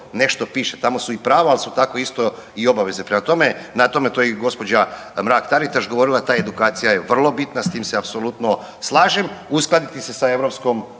nešto piše, tamo su i prava, ali su tako isto i obaveze. Prema tome, na tome, to je i gđa. Mrak-Taritaš govorila, ta edukacija je vrlo bitna, s tim se apsolutno slažem, uskladiti se sa EU,